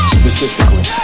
specifically